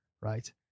Right